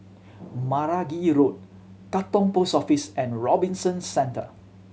Meragi Road Katong Post Office and Robinson Centre